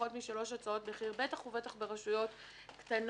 משלוש הצעות מחיר, בטח ובטח ברשויות קטנות,